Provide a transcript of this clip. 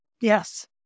Yes